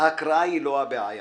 ההקראה היא לא הבעיה,